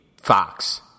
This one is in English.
Fox